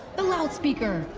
the loudspeaker.